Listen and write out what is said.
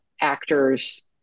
actors